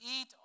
eat